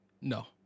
no